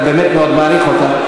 אלא אני באמת מאוד מעריך אותה,